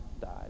died